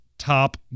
top